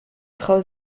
frau